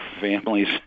families